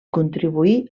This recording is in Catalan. contribuí